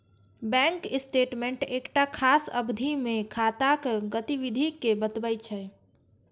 bank statement एकटा खास अवधि मे खाताक गतिविधि कें बतबै छै